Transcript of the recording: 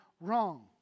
wrong